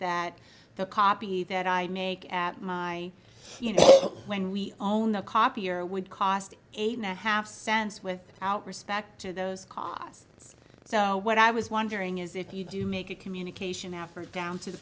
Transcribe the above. that the copy that i make at my you know when we own the copier would cost eight and a half cents with out respect to those costs so what i was wondering is if you do make a communication after down to the